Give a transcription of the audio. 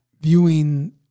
viewing